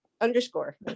underscore